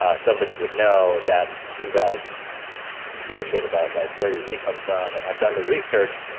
ah somebody would know that you guys give a shit about like where your meat comes from and i've done the research.